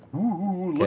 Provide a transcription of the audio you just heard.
ooh, like